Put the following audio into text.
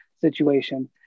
situation